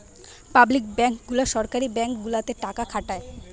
public bank গুলা সরকারি bank গুলাতে টাকা খাটায়